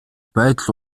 байдал